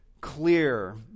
Clear